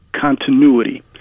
continuity